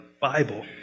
Bible